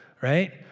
right